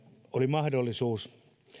mahdollisuus